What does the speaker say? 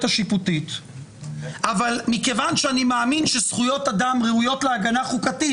השיפוטית אבל אני מאמין שזכויות אדם ראויות להגנה חוקתית,